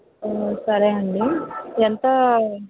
సరేనండి ఎంతా